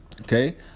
Okay